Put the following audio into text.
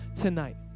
tonight